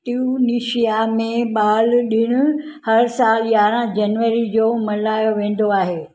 Tunisia में ॿालु ॾिणु हरि साल यारहं जनवरी जो मल्हायो वेंदो आहे